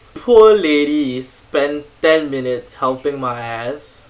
poor lady spent ten minutes helping my ass